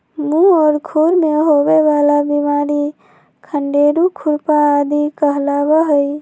मुह और खुर में होवे वाला बिमारी खंडेरू, खुरपा आदि कहलावा हई